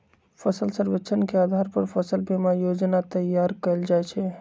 फसल सर्वेक्षण के अधार पर फसल बीमा जोजना तइयार कएल जाइ छइ